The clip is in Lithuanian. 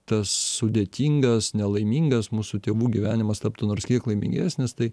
tas sudėtingas nelaimingas mūsų tėvų gyvenimas taptų nors kiek laimingesnis tai